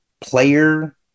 player